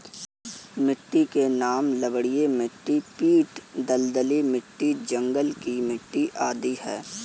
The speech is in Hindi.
मिट्टी के नाम लवणीय मिट्टी, पीट दलदली मिट्टी, जंगल की मिट्टी आदि है